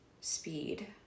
speed